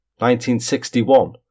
1961